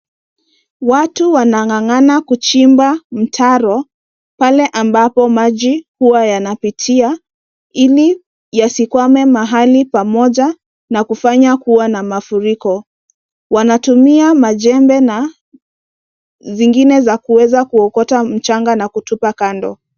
Watu wanang'ang'ana kuchimba mtaro pale ambapo maji huwa yanapitia ili yasikwame mahali pamoja na kufanya kuwa na mafuriko. Wanatumia majembe na zingine za kuweza kuokota mchanga na kutupa kando.